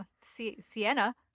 Sienna